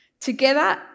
Together